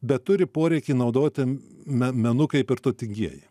bet turi poreikį naudoti me menu kaip ir turtingieji